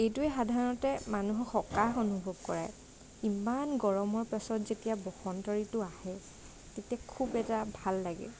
এইটোৱে আচলতে মানুহক সকাহ অনুভৱ কৰায় ইমান গৰমৰ পিছত যেতিয়া বসন্ত ঋতু আহে তেতিয়া খুব এটা ভাল লাগে